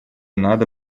надо